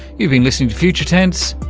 you've been listening to future tense,